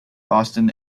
boston